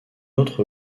autre